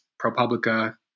ProPublica